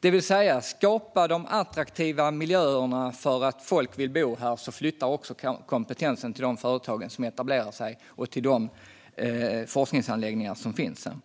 Det handlar alltså om att skapa de attraktiva miljöer som gör att folk vill bo på en plats, för då flyttar också kompetensen till de företag som etablerar sig där och till de forskningsanläggningar som finns där.